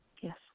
Yes